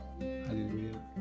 Hallelujah